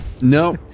No